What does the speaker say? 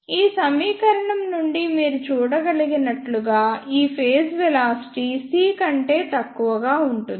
ఈ సమీకరణం నుండి మీరు చూడగలిగినట్లుగా ఈ ఫేజ్ వెలాసిటీ C కంటే తక్కువగా ఉంటుంది